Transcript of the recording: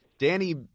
Danny